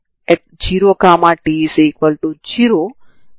ఇది కొత్త చరరాశులలో నార్మల్ ఫామ్ గా మనం చూశాము